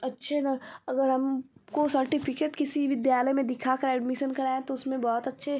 अच्छे न अगर हमको सर्टिफिकेट किसी विद्यालय में दिखाकर एडमीसन कराएँ तो उसमें बहुत अच्छे